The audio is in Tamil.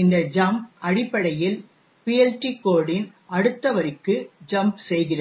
இந்த ஜம்ப் அடிப்படையில் பிஎல்டி கோட் இன் அடுத்த வரிக்கு ஜம்ப் செய்கிறது